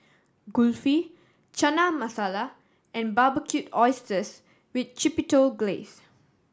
Kulfi Chana Masala and Barbecued Oysters with Chipotle Glaze